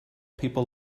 people